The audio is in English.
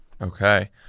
Okay